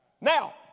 Now